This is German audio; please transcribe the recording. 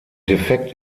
defekt